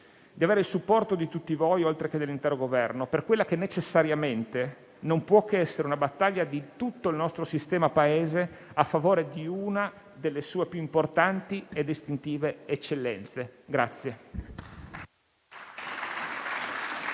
di avere il supporto di tutti voi, oltreché dell'intero Governo, per quella che necessariamente non può che essere una battaglia di tutto il nostro sistema Paese a favore di una delle sue più importanti e distintive eccellenze.